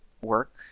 work